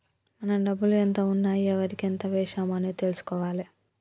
మన డబ్బులు ఎంత ఉన్నాయి ఎవరికి ఎంత వేశాము అనేది తెలుసుకోవాలే